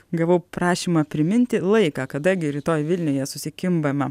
gavau prašymą priminti laiką kada gi rytoj vilniuje susikimbama